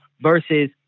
versus